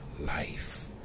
life